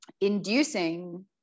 inducing